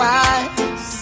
eyes